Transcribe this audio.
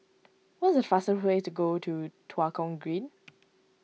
what is the fastest way to go to Tua Kong Green